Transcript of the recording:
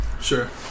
Sure